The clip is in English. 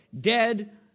Dead